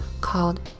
called